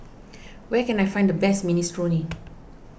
where can I find the best Minestrone